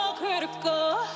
critical